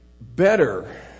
better